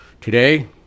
Today